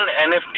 nft